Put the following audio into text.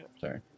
Sorry